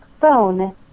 phone